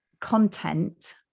content